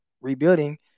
rebuilding